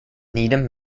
needham